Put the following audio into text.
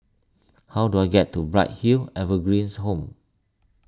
how do I get to Bright Hill Evergreens Home